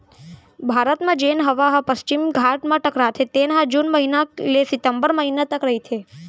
भारत म जेन हवा ह पस्चिम घाट म टकराथे तेन ह जून महिना ले सितंबर महिना तक रहिथे